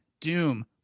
doom